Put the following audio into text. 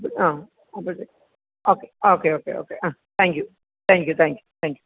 ആ അപ്പോൾ okay okay okay okay ആ thank you thank you thank you thank you